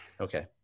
Okay